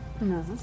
No